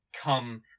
come